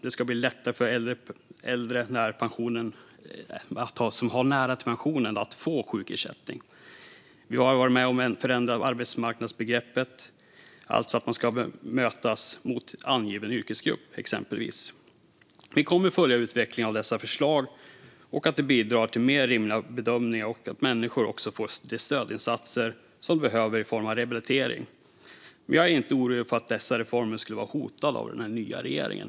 Det ska bli lättare för äldre som har nära till pensionen att få sjukersättning. Vi har varit med om att förändra arbetsmarknadsbegreppet, alltså att man ska bedömas mot angiven yrkesgrupp exempelvis. Vi kommer att följa utvecklingen när det gäller dessa förslag och se om de bidrar till mer rimliga bedömningar och att människor också får de stödinsatser som de behöver i form av rehabilitering. Jag är inte orolig för att dessa reformer skulle vara hotade av den nya regeringen.